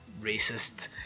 racist